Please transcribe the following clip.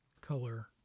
color